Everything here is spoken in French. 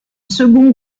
second